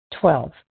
Twelve